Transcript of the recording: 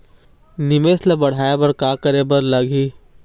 निवेश ला बड़हाए बर का करे बर लगही?